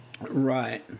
Right